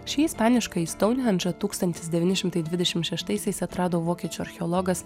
šį ispaniškąjį stounhendžą tūkstantis devyni šimtai dvidešim šeštaisiais atrado vokiečių archeologas